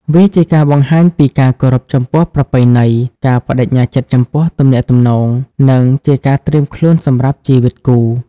វាជាការបង្ហាញពីការគោរពចំពោះប្រពៃណី ការប្តេជ្ញាចិត្តចំពោះទំនាក់ទំនង និងជាការត្រៀមខ្លួនសម្រាប់ជីវិតគូ។